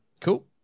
cool